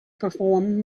perform